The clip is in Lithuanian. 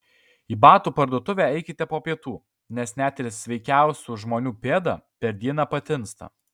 į batų parduotuvę eikite po pietų nes net ir sveikiausių žmonių pėda per dieną patinsta